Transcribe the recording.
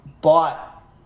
bought